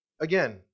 again